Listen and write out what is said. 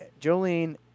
Jolene